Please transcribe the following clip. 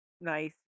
nice